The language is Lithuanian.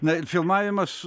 na ir filmavimas